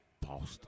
Boston